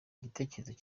igitekerezo